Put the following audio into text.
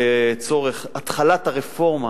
לצורך התחלת הרפורמה